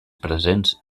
presents